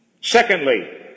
Secondly